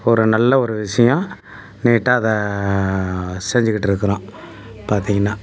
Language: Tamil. ஒரு நல்ல ஒரு விஷயம் நீட்டாக அதை செஞ்சுக்கிட்டு இருக்கிறோம் பார்த்தீங்கன்னா